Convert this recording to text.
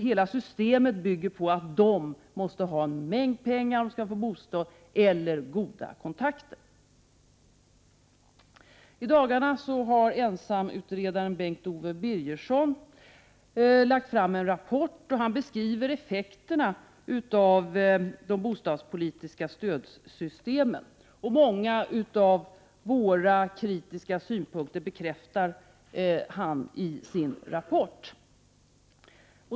Hela systemet bygger på att man måste ha en mängd pengar eller goda kontakter för att få en bostad. / I dagarna har ensamutredaren Bengt Owe Birgersson presenterat sin rapport. Han beskriver effekterna av de bostadspolitiska stödsystemen. Många av våra kritiska synpunkter bekräftar han i sin rapport.